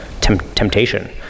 temptation